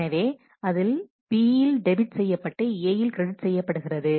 எனவே அதில் B யில் டெபிட் செய்யப்பட்டு A யில் கிரடிட் செய்யப்படுகிறது